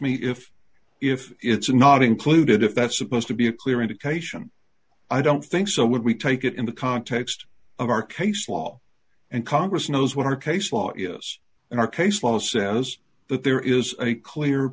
me if if it's not included if that's supposed to be a clear indication i don't think so when we take it in the context of our case law and congress knows what our case law is and our case law says that there is a clear